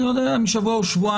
אני לא יודע אם שבוע או שבועיים,